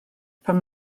pan